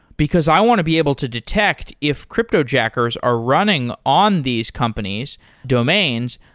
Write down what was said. because i want to be able to detect if cryptojackers are running on these companies domains,